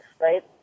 right